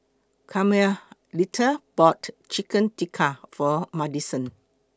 Carmelita bought Chicken Tikka For Madisen